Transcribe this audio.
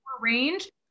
range